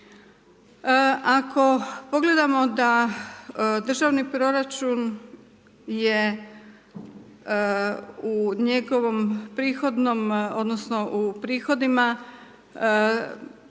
Ako pogledamo da državni proračun je u njegovom prihodnom, odnosno, u prihodima